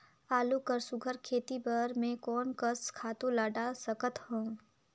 आलू कर सुघ्घर खेती बर मैं कोन कस खातु ला डाल सकत हाव?